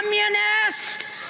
Communists